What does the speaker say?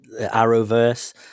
Arrowverse